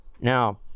Now